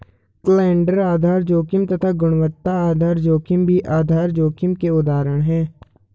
calendar आधार जोखिम तथा गुणवत्ता आधार जोखिम भी आधार जोखिम के उदाहरण है